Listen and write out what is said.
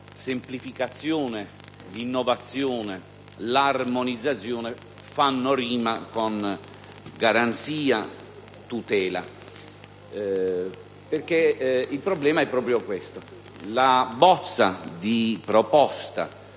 semplificazione, innovazione e armonizzazione fanno rima con garanzia e tutela, e il problema è proprio questo: la proposta